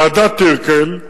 ועדת-טירקל,